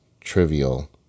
trivial